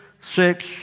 six